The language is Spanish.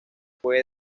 fue